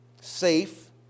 safe